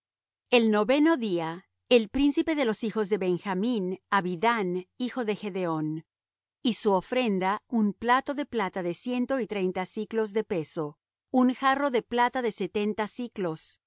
el noveno día el príncipe de los hijos de benjamín abidán hijo de gedeón y su ofrenda un plato de plata de ciento y treinta siclos de peso un jarro de plata de setenta siclos